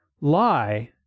lie